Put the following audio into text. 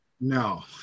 no